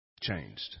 Changed